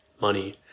money